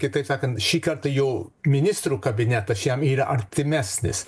kitaip sakant šįkart jau ministrų kabinetas šiam yra artimesnis